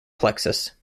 plexus